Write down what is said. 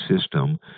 system